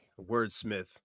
Wordsmith